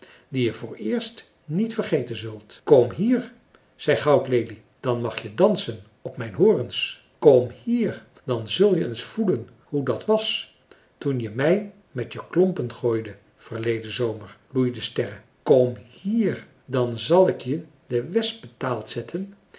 die je vooreerst niet vergeten zult kom hier zei goudlelie dan mag je dansen op mijn horens kom hier dan zul je eens voelen hoe dat was toen je mij met je klompen gooide verleden zomer loeide sterre kom hier dan zal ik je de wesp betaald zetten